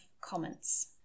comments